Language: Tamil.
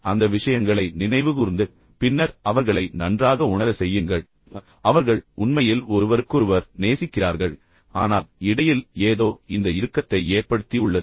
அந்த விஷயங்களை நினைவுகூர்ந்து பின்னர் அவர்களை நன்றாக உணர செய்யுங்கள் அவர்கள் உண்மையில் நம்பகமானவர்கள் பின்னர் அவர்கள் உண்மையில் ஒருவருக்கொருவர் நேசிக்கிறார்கள் ஆனால் இடையில் ஏதோ உண்மையில் இந்த இறுக்கத்தை ஏற்படுத்தி உள்ளது